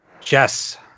Jess